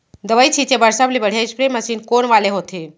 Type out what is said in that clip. दवई छिंचे बर सबले बढ़िया स्प्रे मशीन कोन वाले होथे?